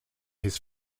his